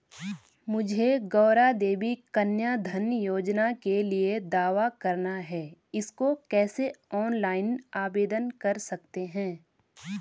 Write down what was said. मुझे गौरा देवी कन्या धन योजना के लिए दावा करना है इसको कैसे ऑनलाइन आवेदन कर सकते हैं?